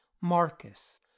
Marcus